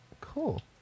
Cool